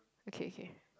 okay K